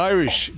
Irish